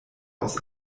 aus